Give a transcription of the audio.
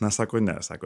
na sako ne sako